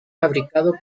fabricado